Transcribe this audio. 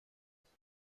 ist